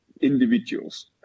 individuals